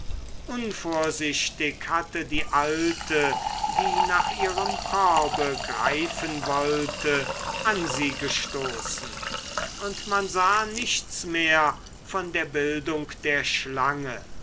unvorsichtig hatte die alte die nach ihrem korbe greifen wollte an sie gestoßen und man sah nichts mehr von der bildung der schlange